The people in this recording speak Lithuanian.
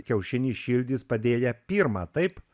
kiaušinį šildys padėję pirmą taip